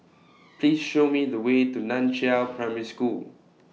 Please Show Me The Way to NAN Chiau Primary School